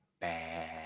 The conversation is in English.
bad